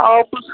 आओर किछु